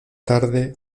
tarde